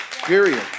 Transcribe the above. Period